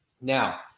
Now